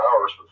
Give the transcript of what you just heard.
hours